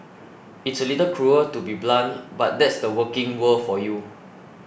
it's a little cruel to be so blunt but that's the working world for you